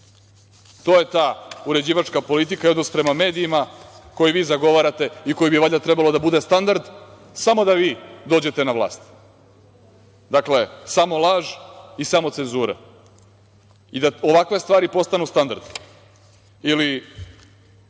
je ta uređivačka politika i odnos prema medijima koju vi zagovarate i koja bi valjda trebao da bude standard samo da vi dođete na vlast. Dakle, samo laž i samo cenzura. Da ovakve stvari postanu standard